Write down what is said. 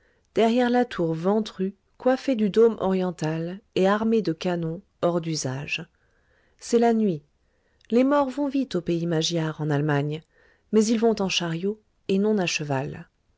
derrière la tour ventrue coiffée du dôme oriental et armée de canons hors d'usage c'est la nuit les morts vont vite au pays magyare en allemagne mais ils vont en chariot et non